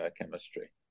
chemistry